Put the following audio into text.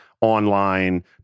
online